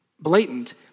blatant